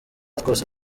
twose